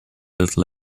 little